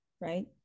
right